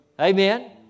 Amen